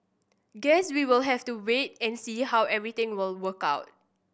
guess we'll have to wait and see how everything will work out